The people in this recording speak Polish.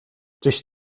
czyś